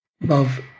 love